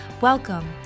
Welcome